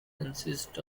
consist